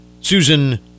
Susan